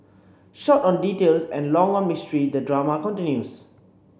short on details and long on mystery the drama continues